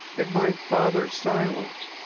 in my father's silence,